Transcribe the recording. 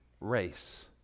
race